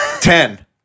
Ten